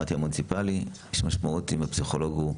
ושמעתי במוניציפלי יש משמעות לאם הפסיכולוג הוא,